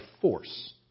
force